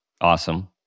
Awesome